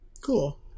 Cool